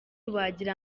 wagira